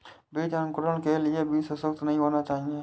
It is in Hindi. बीज अंकुरण के लिए बीज सुसप्त नहीं होना चाहिए